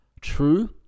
true